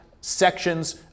sections